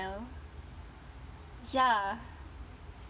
smell ya